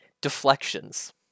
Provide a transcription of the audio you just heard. Deflections